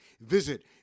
Visit